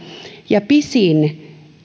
ja pisimpään